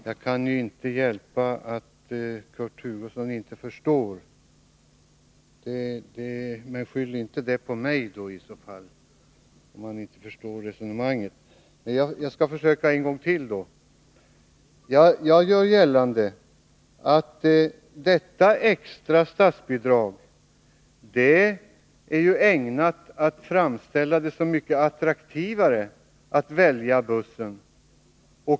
Herr talman! Jag kan inte hjälpa att Kurt Hugosson inte förstår. Men, Kurt Hugosson, skyll i så fall inte på mig att ni inte förstår. Jag skall försöka en gång till. Jag gör gällande att detta extra statsbidrag är ägnat att framställa det som så mycket attraktivare att välja bussen.